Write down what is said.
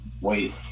wait